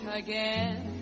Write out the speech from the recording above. again